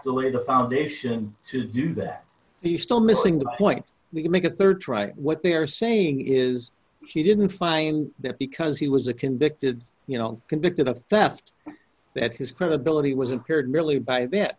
to lay the foundation to do that but you still missing the point we can make a rd try what they're saying is he didn't find that because he was a convicted you know convicted of theft that his credibility was impaired merely by that